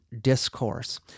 discourse